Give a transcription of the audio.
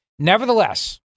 Nevertheless